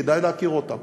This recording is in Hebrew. כדאי להכיר אותם.